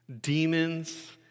Demons